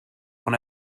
von